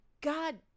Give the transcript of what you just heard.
god